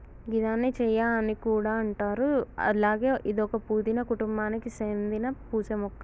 గిదాన్ని చియా అని కూడా అంటారు అలాగే ఇదొక పూదీన కుటుంబానికి సేందిన పూసే మొక్క